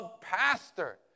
pastor